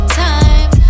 time